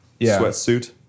sweatsuit